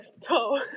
toe